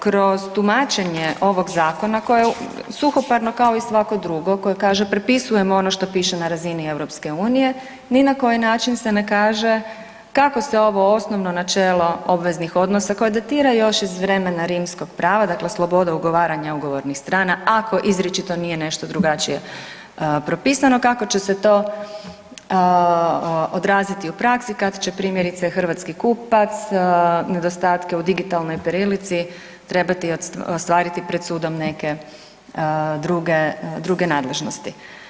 Kroz tumačenje ovog Zakona koje je suhoparno kao i svako drugo, koji kaže prepisujemo ono što piše na razini EU, ni na koji način se ne kaže, kako se ovo osnovno načelo obveznih odnosa koje datira još iz vremena rimskog prava, dakle sloboda ugovaranja ugovornih strana, ako izričito nije nešto drugačije propisano, kako će se to odraziti u praksi, kad će, primjerice hrvatski kupac nedostatke u digitalnoj prilici trebati ostvariti pred sudom neke druge nadležnosti.